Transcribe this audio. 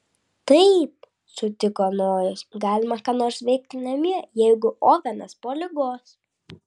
taip sutiko nojus galima ką nors veikti namie jeigu ovenas po ligos